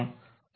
slot 0